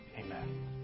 Amen